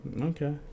Okay